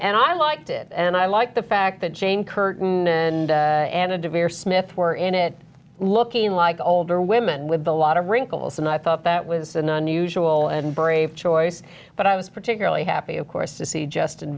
and i liked it and i liked the fact that jane curtain and anna deavere smith were in it looking like older women with a lot of wrinkles and i thought that was an unusual and brave choice but i was particularly happy of course to see justin